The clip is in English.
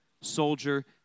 soldier